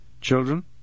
Children